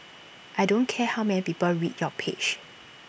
I don't care how many people read your page